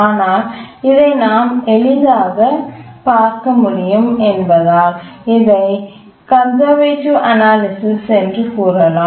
ஆனால் இதை நாம் எளிதாகப் பார்க்க முடியும் என்பதால் இதை கன்சர்வேட்டிவ் அனாலிசிஸ் என்று கூறலாம்